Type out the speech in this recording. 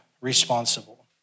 responsible